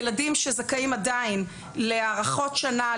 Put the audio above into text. ילדים שזכאים עדיין להארכות שנה,